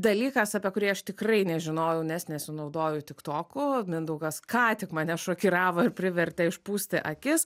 dalykas apie kurį aš tikrai nežinojau nes nesinaudoju tiktoku mindaugas ką tik mane šokiravo ir privertė išpūsti akis